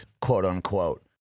quote-unquote